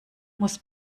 muss